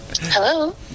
Hello